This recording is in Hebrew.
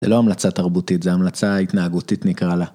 זה לא המלצה תרבותית, זה המלצה ההתנהגותית נקרא לה.